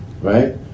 Right